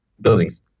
Buildings